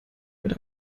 mit